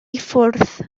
ffwrdd